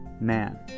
man